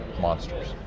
monsters